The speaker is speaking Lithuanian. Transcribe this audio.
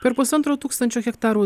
per pusantro tūkstančio hektarų